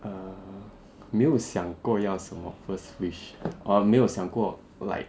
err 没有想过要什么 first wish 没有想过 like